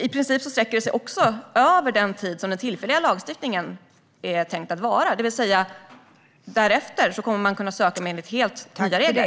I princip sträcker det sig över den tid som den tillfälliga lagstiftningen är tänkt att vara, det vill säga därefter kommer man att kunna söka enligt helt nya regler.